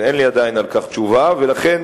עדיין אין לי על כך תשובה, לכן